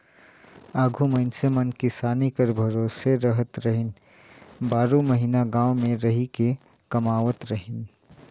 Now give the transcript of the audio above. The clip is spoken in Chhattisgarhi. आघु मइनसे मन किसानी कर भरोसे रहत रहिन, बारो महिना गाँव मे रहिके कमावत रहिन